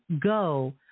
go